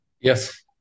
Yes